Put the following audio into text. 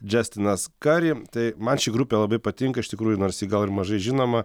džestinas kari tai man ši grupė labai patinka iš tikrųjų nors ji gal ir mažai žinoma